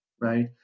right